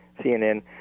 CNN